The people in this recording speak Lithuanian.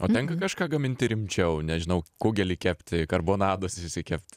o tenka kažką gaminti rimčiau nežinau kugelį kepti karbonadas išsikept